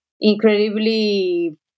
incredibly